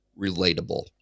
relatable